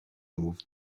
moved